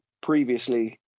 previously